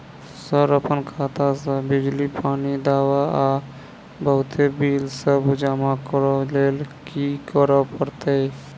Sir अप्पन खाता सऽ बिजली, पानि, दवा आ बहुते बिल सब जमा करऽ लैल की करऽ परतै?